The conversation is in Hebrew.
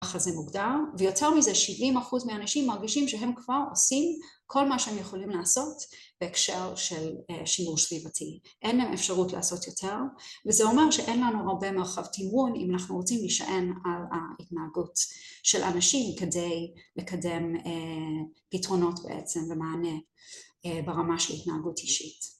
ככה זה מוגדר ויותר מזה שבעים אחוז מהאנשים מרגישים שהם כבר עושים כל מה שהם יכולים לעשות בהקשר של שימוש סביבתי. אין להם אפשרות לעשות יותר, וזה אומר שאין לנו הרבה מרחב תימרון אם אנחנו רוצים להישען על ההתנהגות של אנשים כדי לקדם פתרונות, בעצם, ומענה ברמה של התנהגות אישית